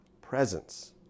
presence